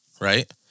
Right